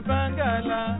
Bangala